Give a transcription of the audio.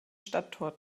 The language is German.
stadttor